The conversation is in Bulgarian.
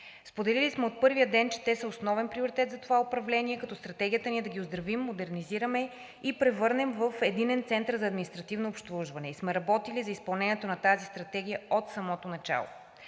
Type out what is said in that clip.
Споделили сме от първия ден, че те са основен приоритет за това управление, като стратегията ни е да ги оздравим, модернизираме и превърнем в Единен център за административно обслужване и сме работили за изпълнението на тази стратегия от самото начало.